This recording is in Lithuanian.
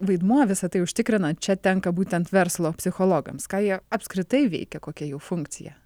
vaidmuo visa tai užtikrina čia tenka būtent verslo psichologams ką jie apskritai veikia kokia jų funkcija